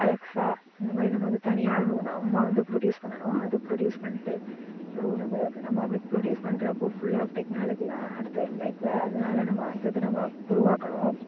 Alexa அந்த மாரி நம்ப வந்து தனியாக ஒன்று நம்ம வந்து ப்ரொடியூஸ் பண்ணனும் அது ப்ரொடியூஸ் பண்ணிட்டு அப்புறோம் நம்ப நம்ப அப்படி ப்ரொடியூஸ் பண்றப்போ ஃபுல்லாக டெக்னாலஜி தான் அடுத்து லைஃபுல அதனால் நம்ப அடுத்தடுத்து நம்ப உருவாக்கணும்